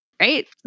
right